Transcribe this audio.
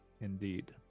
Indeed